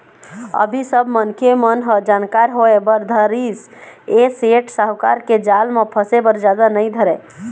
अभी सब मनखे मन ह जानकार होय बर धरिस ऐ सेठ साहूकार के जाल म फसे बर जादा नइ धरय